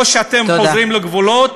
או שאתם חוזרים לגבולות,